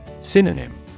Synonym